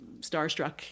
starstruck